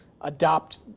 adopt